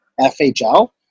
FHL